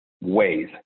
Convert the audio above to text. ways